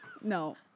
No